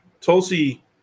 Tulsi